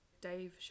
Dave